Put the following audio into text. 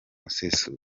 usesuye